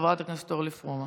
חברת הכנסת אורלי פרומן,